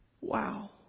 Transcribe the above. Wow